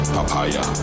Papaya